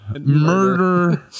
murder